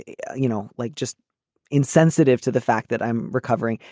yeah you know, like just insensitive to the fact that i'm recovering.